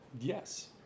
Yes